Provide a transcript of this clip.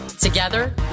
Together